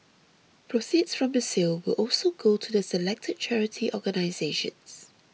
proceeds from the sale will also go to the selected charity organisations